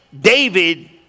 David